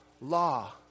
law